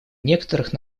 некоторых